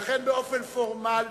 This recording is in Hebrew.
לכן, באופן פורמלי,